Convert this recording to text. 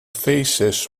thesis